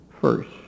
first